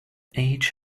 each